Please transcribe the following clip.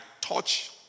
touch